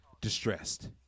distressed